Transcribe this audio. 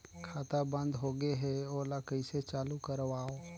खाता बन्द होगे है ओला कइसे चालू करवाओ?